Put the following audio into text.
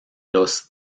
los